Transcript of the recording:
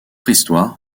histoire